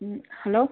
ம் ஹலோ